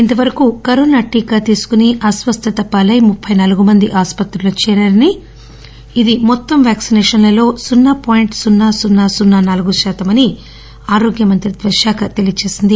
ఇంతవరకు కరోనా టీకా తీసుకుని అస్వస్థత పాలై ముప్పి నాలుగు మంది ఆస్పత్రిలో చేరారని ఇది మొత్తం వ్యాక్పినేషన్లు సున్నా పాయింట్ సున్న సున్న నాలుగు శాతమని ఆరోగ్య మంత్రిత్వ శాఖ తెలియచేసింది